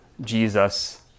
Jesus